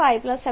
5 75